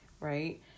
right